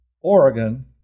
Oregon